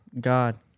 God